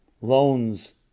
loans